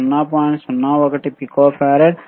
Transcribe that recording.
01 pico farad